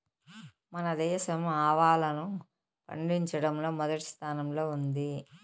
మన దేశం ఆవాలను పండిచటంలో మొదటి స్థానం లో ఉంది